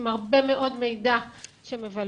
עם הרבה מאוד מידע שמבלבל.